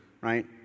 right